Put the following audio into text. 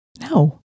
No